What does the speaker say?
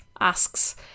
asks